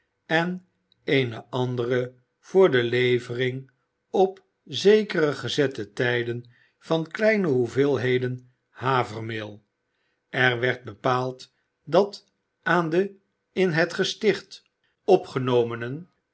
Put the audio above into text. en eene andere voor de levering op zekere gezette tijden van kleine hoeveelheden havermeel er werd bepaald dat aan de in het gesticht opgenomenen